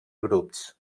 grups